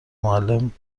معلم